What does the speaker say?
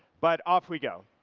but off we go.